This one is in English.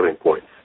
points